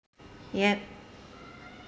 yup